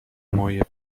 moje